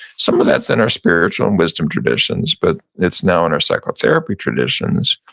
some of that's in our spiritual and wisdom traditions but it's now in our psychotherapy traditions,